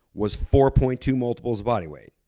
was four point two multiples of body weight,